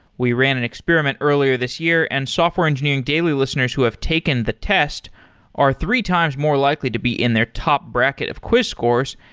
we ran an experiment earlier this year and software engineering daily listeners who have taken the test are three times more likely to be in their top bracket of quiz scores.